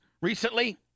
recently